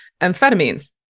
Amphetamines